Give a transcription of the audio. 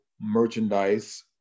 merchandise